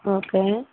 okay